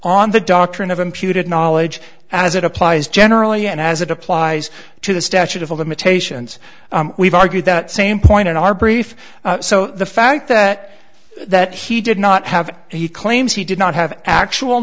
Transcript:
on the doctrine of imputed knowledge as it applies generally and as it applies to the statute of limitations we've argued that same point in our brief so the fact that that he did not have he claims he did not have actual